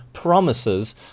Promises